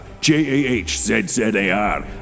J-A-H-Z-Z-A-R